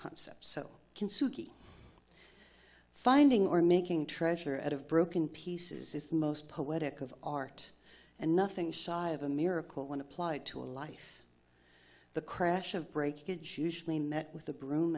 consumed finding or making treasure at of broken pieces is the most poetic of art and nothing shy of a miracle when applied to a life the crash of breakage usually met with the broom